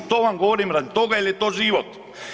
To vam govorim radi toga jer je to život.